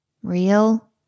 real